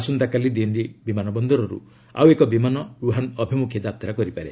ଆସନ୍ତାକାଲି ଦିଲ୍ଲୀ ବିମାନ ବନ୍ଦରରୁ ଆଉ ଏକ ବିମାନ ଓ୍ୱହାନ୍ ଅଭିମୁଖେ ଯାତ୍ରା କରିପାରେ